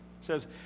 says